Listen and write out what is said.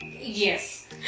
Yes